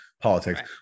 politics